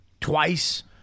twice